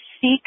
seek